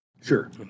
Sure